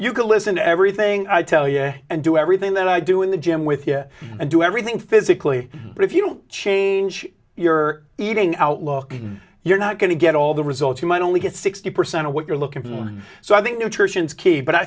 you can listen to everything i tell you and do everything that i do in the gym with it and do everything physically but if you don't change your eating outlook you're not going to get all the results you might only get sixty percent of what you're looking for one so i think nutrition is key but i